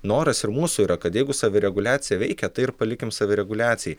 noras ir mūsų yra kad jeigu savireguliacija veikia tai ir palikim savireguliacijai